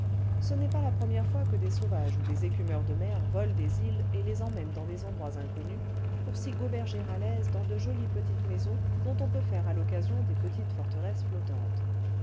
ce n'est pas la première fois que des sauvages ou des écumeurs de mer volent des îles et les emmènent dans des endroits inconnus pour s'y goberger à l'aise dans de jolies petites maisons dont on peut faire à l'occasion des petites forteresses flottantes